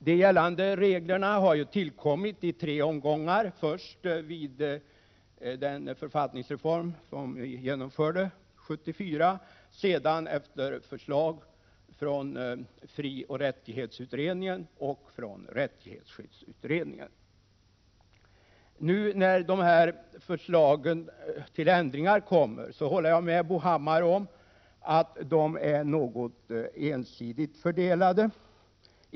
De gällande reglerna har ju tillkommit i tre omgångar — först vid den författningsreform som vi genomförde 1974, sedan efter förslag från frioch rättighetsutredningen och från rättighetsskyddsutredningen. Jag håller med Bo Hammar om att förslagen till ändringar nu är något ensidigt fördelade.